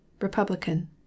Republican